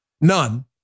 None